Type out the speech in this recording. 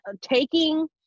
taking